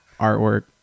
artwork